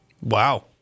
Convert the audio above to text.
Wow